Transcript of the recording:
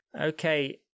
Okay